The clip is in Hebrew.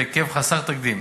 בהיקף חסר תקדים,